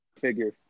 Figure